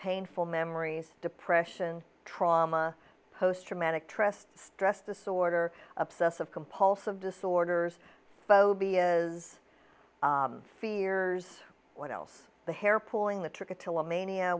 painful memories depression trauma post traumatic trest stress disorder obsessive compulsive disorders phobias fears what else the hair pulling the trigger till mania